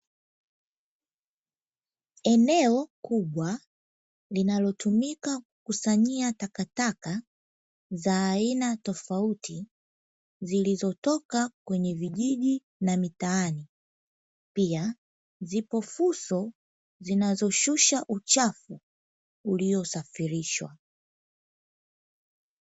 Eneo Kubwa linalotumika kusanyia takataka za aina tofauti zilizotoka kwenye vijiji na mitaani, pia zipo fuso zinazoshusha uchafu uliosafirishwa.